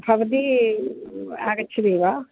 भवती आगच्छति वा